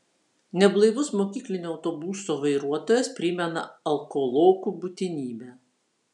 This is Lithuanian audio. neblaivus mokyklinio autobuso vairuotojas primena alkolokų būtinybę